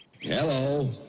Hello